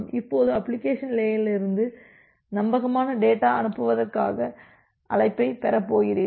இப்போது அப்ளிகேஷன் லேயரிலிருந்து நம்பகமான டேட்டா அனுப்புவதற்கான அழைப்பைப் பெறப் போகிறீர்கள்